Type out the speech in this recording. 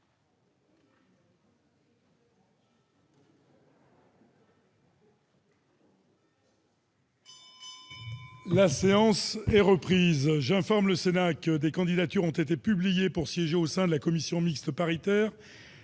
La séance est reprise. J'informe le Sénat que des candidatures ont été publiées pour siéger au sein de la commission mixte paritaire